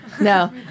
No